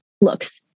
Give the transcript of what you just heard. looks